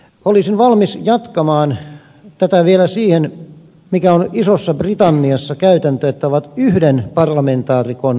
olisin valmis jatkamaan tätä vielä siihen mikä on isossa britanniassa käytäntö että on yhden parlamentaarikon vaalipiirit